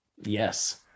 yes